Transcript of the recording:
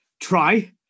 try